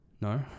No